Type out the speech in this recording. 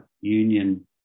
union